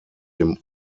dem